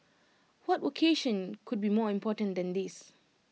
what vocation could be more important than this